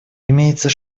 имеется